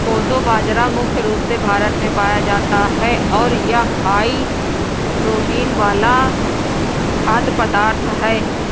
कोदो बाजरा मुख्य रूप से भारत में पाया जाता है और यह हाई प्रोटीन वाला खाद्य पदार्थ है